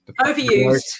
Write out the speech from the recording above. overused